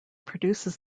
produces